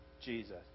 Jesus